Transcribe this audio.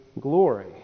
glory